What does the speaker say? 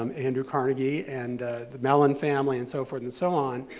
um andrew carnegie and the mellon family, and so forth and so on,